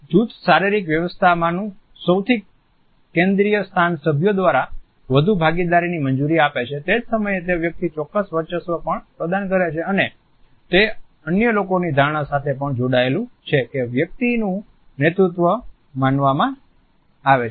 જૂથ શારીરિક વ્યવસ્થામાંનું સૌથી કેન્દ્રીય સ્થાન સભ્યો દ્વારા વધુ ભાગીદારીની મંજૂરી આપે છે તે જ સમયે તે વ્યક્તિને ચોક્ક્સ વર્ચસ્વ પણ પ્રદાન કરે છે અને તે અન્ય લોકોની ધારણા સાથે પણ જોડાયેલું છે કે તે વ્યક્તિનું નેતૃત્વ માનવામાં આવે છે